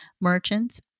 merchants